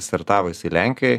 startavusį lenkijoj